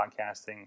podcasting